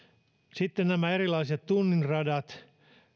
sitten nämä erilaiset tunnin radat